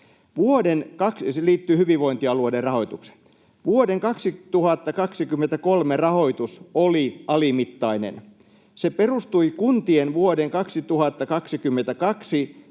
se liittyy hyvinvointialueiden rahoitukseen: ”Vuoden 2023 rahoitus oli alimittainen. Se perustui kuntien vuoden 2022